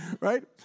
right